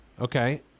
Okay